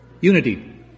unity